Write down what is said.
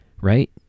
right